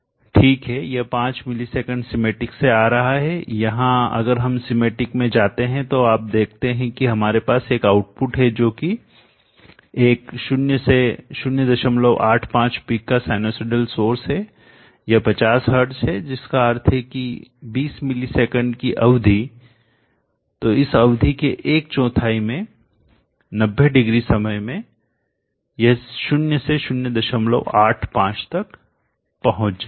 ठीक है यह 5 मिलीसेकंड सीमेटिक से आ रहा है जहां अगर हम सीमेटिक में जाते हैं तो आप देखते हैं कि हमारे पास एक आउटपुट है जो कि एक 0 से 085 पीक का साइनसोयूडल सोर्स है यह 50 हर्ट्ज है जिसका अर्थ है कि 20 मिलीसेकंड की अवधि तो इस अवधि के एक चौथाई में 90 डिग्री समय में यह 0 से 085 तक पहुंच जाएगा